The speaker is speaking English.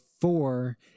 four